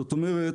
זאת אומרת,